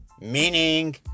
meaning